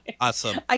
Awesome